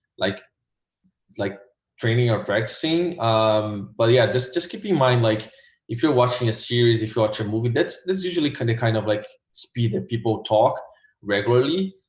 like like training or practicing um but yeah just just keep in mind like if you're watching a series if you watch a movie bit there's usually kind of kind of like speed that people talk regularly